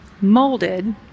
molded